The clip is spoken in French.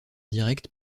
direct